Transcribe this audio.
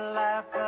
laugh